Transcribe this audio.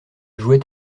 jouait